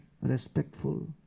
respectful